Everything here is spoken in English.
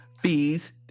Fees